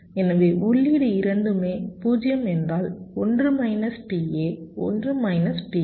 எனவே உள்ளீடு இரண்டுமே 0 என்றால் 1 மைனஸ் PA 1 மைனஸ் PB